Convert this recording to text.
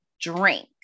drink